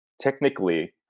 technically